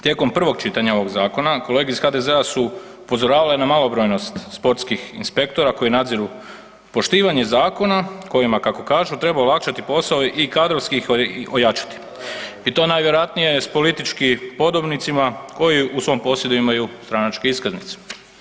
Tijekom prvog čitanja ovog zakona kolege iz HDZ-a su upozoravale na malobrojnost sportskih inspektora koji nadziru poštivanje zakona kojima kako kažu treba olakšati posao i kadrovski ih ojačati i to najvjerojatnije s političkim podobnicima koji u svom posjedu imaju stranačke iskaznice.